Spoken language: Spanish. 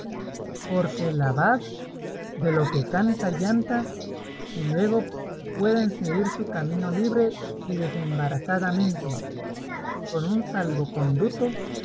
porque el abad de lo que canta yanta y luego puédense ir su camino libre y desembarazadamente con un salvoconduto